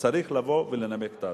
שצריך לבוא ולנמק את ההצעה.